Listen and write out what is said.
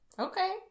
Okay